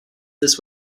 this